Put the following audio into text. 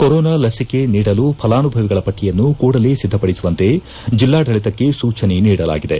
corona ಲಸಿಕೆ ನೀಡಲು ಫಲಾನುಭವಿಗಳ ಪಟ್ಟಯನ್ನು ಕೂಡಲೇ ಸಿದ್ದಪಡಿಸುವಂತೆ ಜಿಲ್ಲಾಡಳಿತಕ್ಕೆ ಸೂಚನೆ ನೀಡಲಾಗಿದೆ